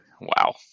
Wow